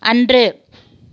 அன்று